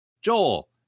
Joel